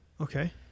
Okay